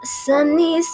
sunny